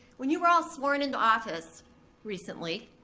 when you were all sworn into office recently,